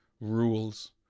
rules